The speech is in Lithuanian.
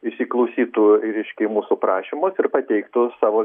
įsiklausytų į reiškia į mūsų prašymus ir pateiktų savo